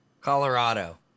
Colorado